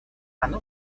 оно